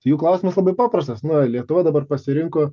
jų klausimas labai paprastas na lietuva dabar pasirinko